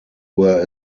were